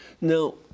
Now